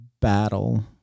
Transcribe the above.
battle